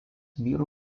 vyrų